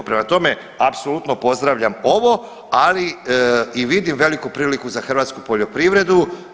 Prema tome, apsolutno pozdravljam ovo, ali i vidim veliku priliku za hrvatsku poljoprivredu.